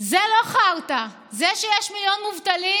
זה לא חרטא, זה שיש מיליון מובטלים,